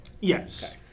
Yes